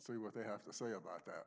see what they have to say about that